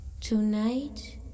tonight